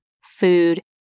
food